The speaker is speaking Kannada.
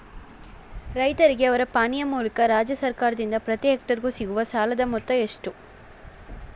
ರೈತರಿಗೆ ಅವರ ಪಾಣಿಯ ಮೂಲಕ ರಾಜ್ಯ ಸರ್ಕಾರದಿಂದ ಪ್ರತಿ ಹೆಕ್ಟರ್ ಗೆ ಸಿಗುವ ಸಾಲದ ಮೊತ್ತ ಎಷ್ಟು ರೇ?